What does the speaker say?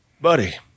Buddy